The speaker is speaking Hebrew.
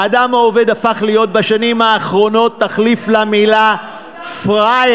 האדם העובד הפך להיות בשנים האחרונות תחליף למילה פראייר.